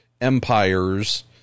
empires